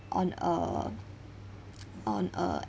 on a on a